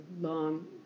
long